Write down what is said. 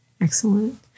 Excellent